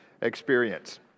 experience